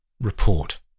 Report